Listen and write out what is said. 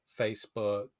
Facebook